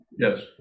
yes